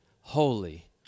holy